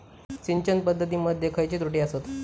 सिंचन पद्धती मध्ये खयचे त्रुटी आसत?